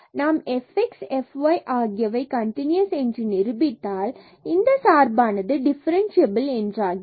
நாம் fx மற்றும் fy ஆகியவை கன்டினுயஸ் என்று நிரூபித்தால் இந்த சார்பானது டிஃபரன்ஸ்சியபில் என்றாகிறது